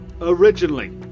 originally